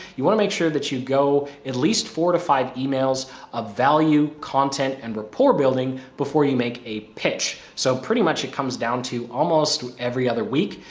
you want to make sure that you go at least four to five emails of value content and rapport building, before you make a pitch. so pretty much it comes down to almost every other week,